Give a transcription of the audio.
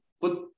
put